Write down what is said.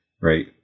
right